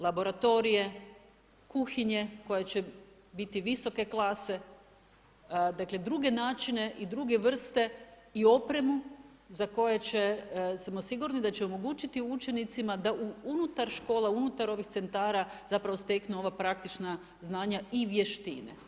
Laboratorije, kuhinje koje će biti visoke klase, dakle druge načine i druge vrste i opremu za koje smo sigurni daće omogućiti učenicima da u unutar škola, unutar ovih centara zapravo steknu ova praktična znanja i vještine.